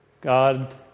God